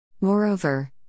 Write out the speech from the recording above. Moreover